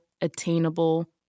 attainable